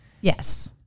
Yes